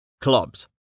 Clubs